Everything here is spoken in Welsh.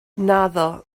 naddo